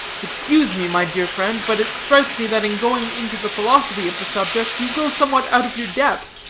excuse me, my dear friend, but it strikes me that in going into the philosophy of the subject, you go somewhat out of your depth.